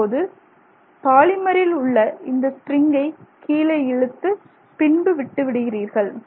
இப்போது பாலிமரில் உள்ள இந்த ஸ்பிரிங்கை கீழே இழுத்து பின்பு விட்டு விடுகிறீர்கள்